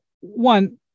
One